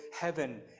heaven